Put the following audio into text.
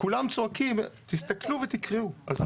תסתכלו ותקראו.